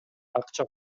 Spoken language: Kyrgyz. акча